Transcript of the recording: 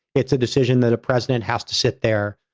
it's a decision that a president has to sit there,